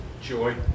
Joy